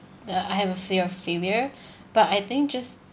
that I have a fear of failure but I think just